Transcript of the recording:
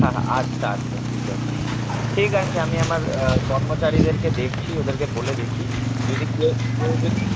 হ্যাঁ হ্যাঁ আচ্ছা আচ্ছা ঠিক আছে ঠিক আছে আমি আমার কর্মচারীদেরকে দেখছি ওদেরকে বলে দেখি যদি কে কেউ যদি